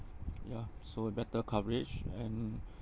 ya so better coverage and